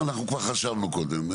אנחנו כבר חשבנו קודם.